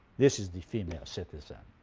this is the female citizen.